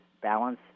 balance